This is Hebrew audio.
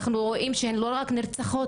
אנחנו רואים שהן לא רק נרצחות,